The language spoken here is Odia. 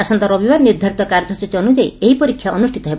ଆସନ୍ତା ରବିବାର ନିର୍ବ୍ବାରିତ କାର୍ଯ୍ୟସ୍ଚୀ ଅନୁଯାୟୀ ଏହି ପରୀକ୍ଷା ଅନୁଷ୍ଠିତ ହେବ